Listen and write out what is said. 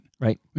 Right